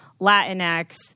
Latinx